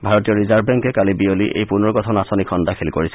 ভাৰতীয় ৰিজাৰ্ভ বেংকে কালি বিয়লি এই পুনৰগঠন আঁচনিখন দাখিল কৰিছিল